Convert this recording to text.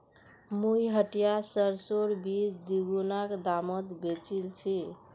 मुई हटियात सरसोर बीज दीगुना दामत बेचील छि